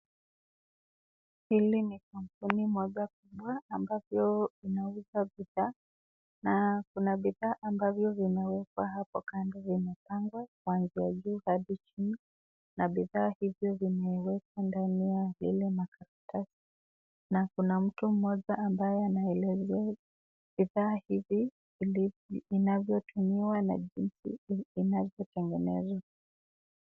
Hili ni kampuni moja kubwa, ambavyo vinauza bidhaa, na kuna bidhaa ambavyo vimewekwa hapo kando, vimepangwa kuanzia juu hadi chini, na bidhaa hizi zimewekwa ndani ya zile makaratasi, na kuna mtu mmoja ambaye anainua bidhaa hizi ili jinsi inavyotumiwa, na jinsi inavyo tengenezwa.